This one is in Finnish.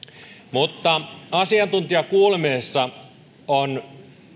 mutta asiantuntijakuulemisessa on